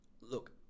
Look